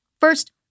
First